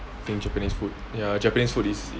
japanese food ya japanese food is